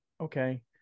okay